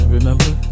remember